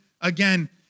again